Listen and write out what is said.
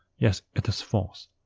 yes, it is false.